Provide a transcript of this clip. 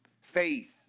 Faith